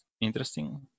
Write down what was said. interesting